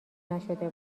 نشده